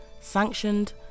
Sanctioned